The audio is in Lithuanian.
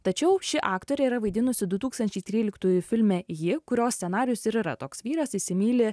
tačiau ši aktorė yra vaidinusi du tūkstančiai tryliktųjų filme ji kurios scenarijus ir yra toks vyras įsimyli